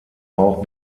auch